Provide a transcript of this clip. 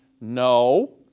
no